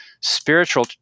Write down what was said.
spiritual